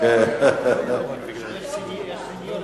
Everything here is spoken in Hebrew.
הם מתים כתוצאה מחנק.